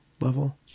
level